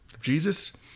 Jesus